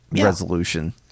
resolution